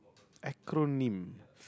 acronym